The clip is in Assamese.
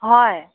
হয়